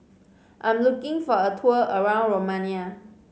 I'm looking for a tour around Romania